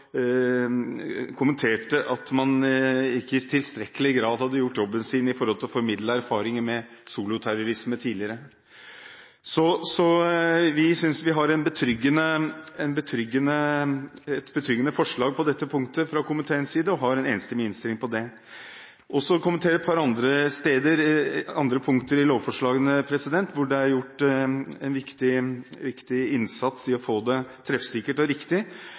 kommenterte også at man ikke i tilstrekkelig grad hadde gjort jobben sin med hensyn til å formidle erfaringer med soloterrorisme tidligere. Vi synes vi har et betryggende forslag fra komiteens side på dette punktet, og det er en enstemmig innstilling her. Jeg vil også kommentere et par andre punkter i lovforslagene, hvor det er gjort en viktig innsats i å få det treffsikkert og riktig.